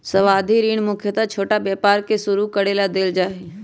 सावधि ऋण मुख्यत छोटा व्यापार के शुरू करे ला देवल जा हई